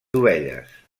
dovelles